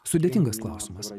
sudėtingas klausimas